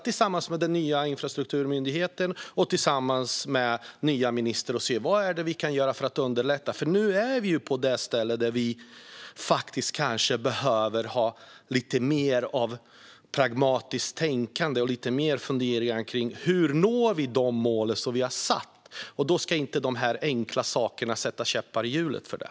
Tillsammans med den nya infrastrukturmyndigheten och den nya ministern ska vi se vad vi kan göra för att underlätta. Nu behöver vi kanske lite mer av pragmatiskt tänkande och lite mer funderingar kring hur vi når de mål som vi har satt. Dessa enkla saker ska inte sätta käppar i hjulet för det.